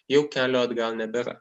jau kelio atgal nebėra